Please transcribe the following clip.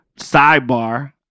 Sidebar